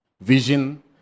Vision